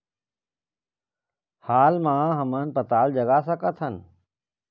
हाल मा हमन पताल जगा सकतहन?